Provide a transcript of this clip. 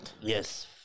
Yes